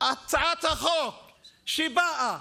בהצעת החוק שבאה